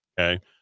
Okay